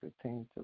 continue